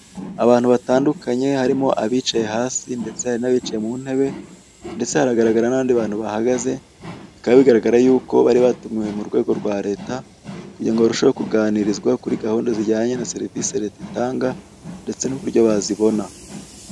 Abantu benshi b'ingeri zitandukanye bicaye hamwe. Imbere yabo hari abayobozi bari kubaganiriza ku mikorere y'inzego zinyuranye, serivisi batanga ndetse n'uko izo serivisi umuturage yazibona.